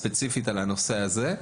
ספציפית על הנושא הזה.